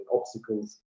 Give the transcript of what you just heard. obstacles